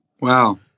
Wow